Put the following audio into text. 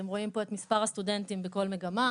אתם רואים פה את מספר הסטודנטים בכל מגמה.